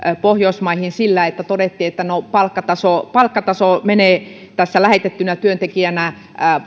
pohjoismaihin sillä että todettiin että no palkkataso palkkataso menee lähetettynä työntekijänä